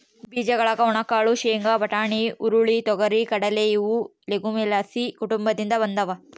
ಬೀಜಗಳಾದ ಒಣಕಾಳು ಶೇಂಗಾ, ಬಟಾಣಿ, ಹುರುಳಿ, ತೊಗರಿ,, ಕಡಲೆ ಇವು ಲೆಗುಮಿಲೇಸಿ ಕುಟುಂಬದಿಂದ ಬಂದಾವ